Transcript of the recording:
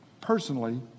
personally